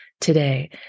today